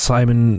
Simon